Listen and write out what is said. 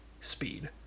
speed